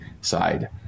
side